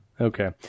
Okay